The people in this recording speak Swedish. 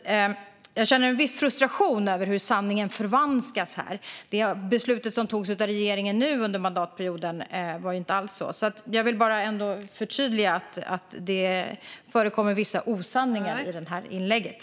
Jag känner en viss frustration över hur sanningen förvanskas. Det beslut som har fattats av regeringen under nuvarande mandatperiod har inte alls varit så. Jag vill ändå förtydliga att det har förekommit vissa osanningar i det här inlägget.